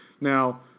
Now